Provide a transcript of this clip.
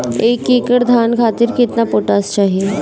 एक एकड़ धान खातिर केतना पोटाश चाही?